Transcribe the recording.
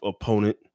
opponent